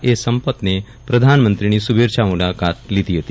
એ સંપથને પ્રધાનમંત્રીની શુભેચ્છા મુલાકાત લીધી હતી